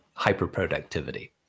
hyperproductivity